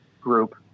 group